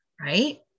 right